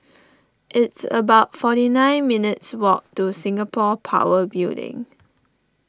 it's about forty nine minutes' walk to Singapore Power Building